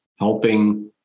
Helping